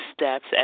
steps